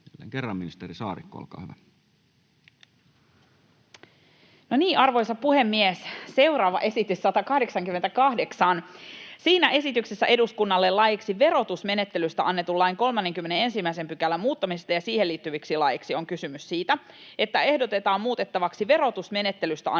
laeiksi Time: 15:52 Content: Arvoisa puhemies! Seuraava esitys, 188. Siinä esityksessä eduskunnalle laiksi verotusmenettelystä annetun lain 31 §:n muuttamisesta ja siihen liittyviksi laeiksi on kysymys siitä, että ehdotetaan muutettavaksi verotusmenettelystä annettua